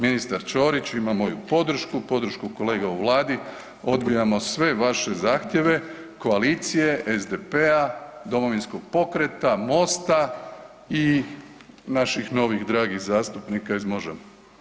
Ministar Ćorić ima moju podršku, podršku kolega u vladi, odbijamo sve vaše zahtjeve koalicije SDP-a, Domovinskog pokreta, MOST-a i naših novih dragih zastupnika iz Možemo.